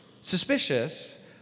suspicious